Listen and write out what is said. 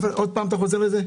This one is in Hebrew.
עוד פעם אתה חוזר לזה?